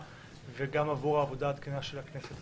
וגם בעבור העבודה התקינה של הכנסת.